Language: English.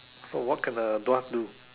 so what can a dwarf do